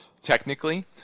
technically